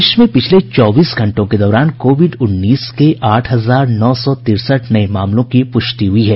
देश में पिछले चौबीस घंटों के दौरान कोविड उन्नीस के साठ हजार नौ सौ तिरसठ नये मामलों की पुष्टि हुई है